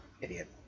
idiot